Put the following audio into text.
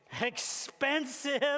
expensive